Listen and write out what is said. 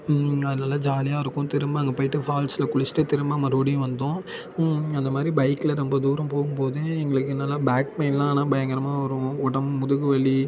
அது நல்லா ஜாலியாக இருக்கும் திரும்ப அங்கே போய்ட்டு ஃபால்ஸில் குளிச்சுட்டு திரும்ப மறுபடியும் வந்தோம் அந்தமாதிரி பைக்கில் ரொம்ப தூரம் போகும்போது எங்களுக்கு என்னென்னா பேக் பெயின்லாம் ஆனால் பயங்கரமாக வரும் ஒடம்பு முதுகுவலி